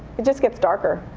it just gets darker,